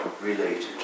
related